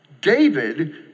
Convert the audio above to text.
David